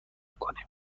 کنیم